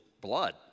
blood